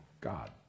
God